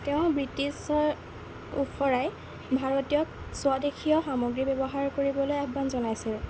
তেওঁ ব্ৰিটিছৰ ওফৰাই ভাৰতীয়ক স্বদেশীয় সামগ্ৰী ব্যৱহাৰ কৰিবলৈ আহ্বান জনাইছিল